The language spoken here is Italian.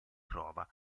trova